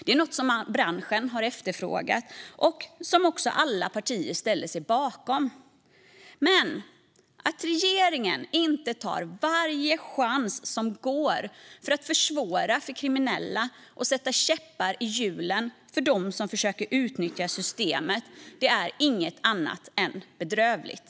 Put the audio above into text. Det är något som branschen efterfrågat och som också alla partier ställer sig bakom. Men att regeringen inte tar varje chans som går för att försvåra för kriminella och sätta käppar i hjulen för dem som försöker utnyttja systemet är inget annat än bedrövligt.